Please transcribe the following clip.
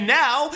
now